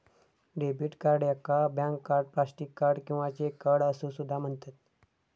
debit card याका bank card, plastic card किंवा cheque card असो सुद्धा म्हणतत